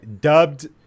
dubbed